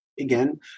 again